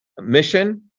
mission